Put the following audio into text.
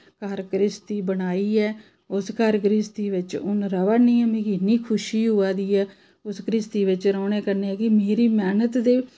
घर घ्रिस्ती बनाइयै उस घर घ्रिस्ती बिच्च हून र'वा नी मिं इन्नी खुशी होआ दी ऐ उस घ्रिस्ती बिच्च रौह्ने कन्नै कि मेरी मैह्नत दे